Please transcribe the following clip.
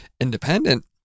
independent